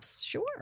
sure